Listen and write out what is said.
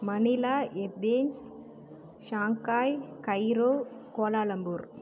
Manila Athens Shanghai Cairo Kuala Lumpur